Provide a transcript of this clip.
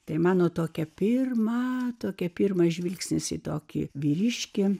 tai mano tokia pirma tokia pirmas žvilgsnis į tokį vyriškį